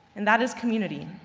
and that is community.